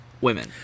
women